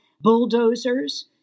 bulldozers